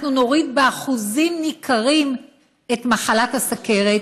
אנחנו נוריד באחוזים ניכרים את מחלת הסוכרת